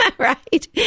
Right